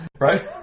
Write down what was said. right